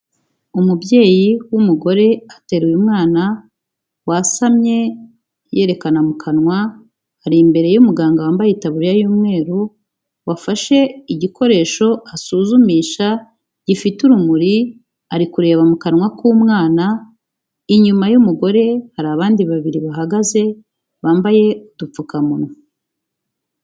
Umubyeyi w'umugore ateruye umwana wasamye yerekana mu kanwa. Ari imbere y'umuganga wambaye itaburiya y'umweru wafashe igikoresho asuzumisha gifite urumuri. Arikureba mu kanwa k'umwana. Inyuma y'umugore hari abandi babiri bahagaze bambaye udupfukamunwa.